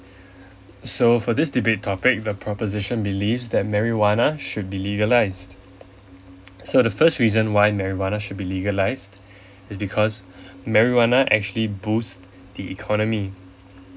so for this debate topic the proposition believes that marijuana should be legalized so the first reason why marijuana should be legalized is because marijuana actually boost the economy